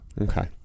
Okay